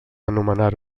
anomenar